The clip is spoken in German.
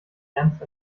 grenzt